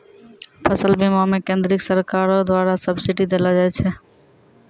फसल बीमा मे केंद्रीय सरकारो द्वारा सब्सिडी देलो जाय छै